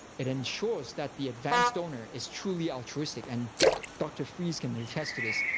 it ensures that the advanced donor is truly altruistic. and dr. freise can attest to this.